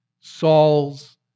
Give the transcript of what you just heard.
Saul's